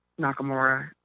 Nakamura